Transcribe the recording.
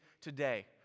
today